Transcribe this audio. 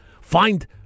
find